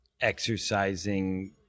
exercising